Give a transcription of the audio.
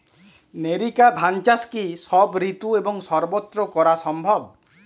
NERICA ধান চাষ কি সব ঋতু এবং সবত্র করা সম্ভব?